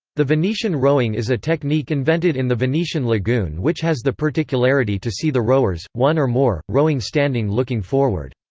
the venetian rowing is a technique invented in the venetian lagoon which has the particularity to see the rower s, one or more, rowing standing looking forward.